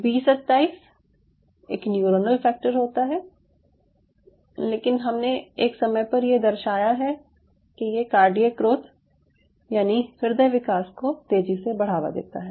B 27 एक neuronal factor होता है लेकिन हमने एक समय पर ये दर्शाया है कि ये कार्डियक ग्रोथ यानि ह्रदय विकास को तेज़ी से बढ़ावा देता है